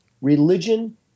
religion